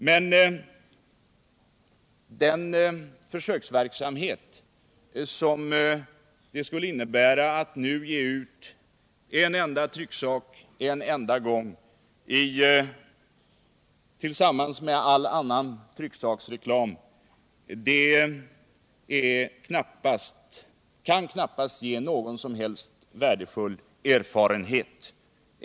Men den försöksverksamhet som det skulle innebära att nu ge ut en enda trycksak en enda gång tillsammans med all annan trycksaksreklam kan knappast ge någon som helst värdefull erfarenhet.